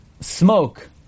smoke